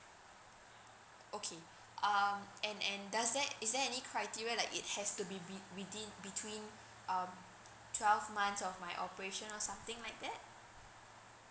okay um and and does there is there any criteria like it has to be be within between um twelve months of my operation or something like that